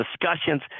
discussions